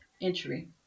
entry